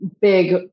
big